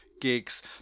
gigs